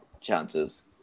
chances